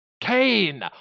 Kane